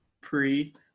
pre